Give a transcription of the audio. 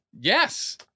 yes